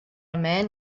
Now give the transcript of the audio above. man